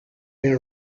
been